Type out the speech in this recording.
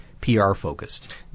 PR-focused